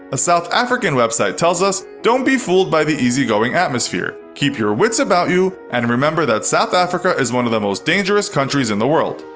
a south african website tells us, don't be fooled by the easy-going atmosphere. keep your wits about you and remember that south africa is one of the most dangerous countries in the world.